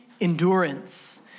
endurance